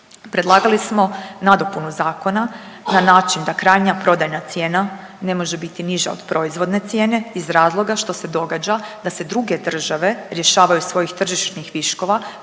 predlagali smo nadopunu zakona na način da krajnja prodajna cijena ne može biti niža od proizvodne cijene iz razloga što se događa da se druge države rješavaju svojih tržišnih viškova